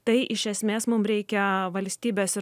tai iš esmės mum reikia valstybės ir